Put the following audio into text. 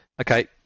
okay